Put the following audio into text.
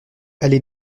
allée